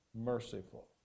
merciful